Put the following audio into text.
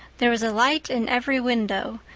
there was a light in every window,